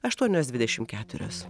aštuonios dvidešimt keturios